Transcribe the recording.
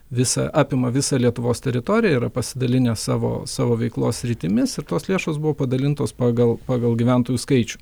visą apima visą lietuvos teritoriją yra pasidalinę savo savo veiklos sritimis ir tos lėšos buvo padalintos pagal pagal gyventojų skaičių